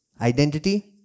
Identity